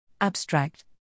Abstract